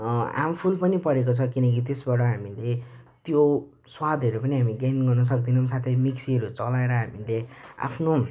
धेरै हार्मफुल पनि परेको छ किनकि त्यसबाट हामीले त्यो स्वादहरू पनि हामी गेन गर्नुसक्दैनौँ साथै मिक्सीहरू चलाएर हामीले आफ्नो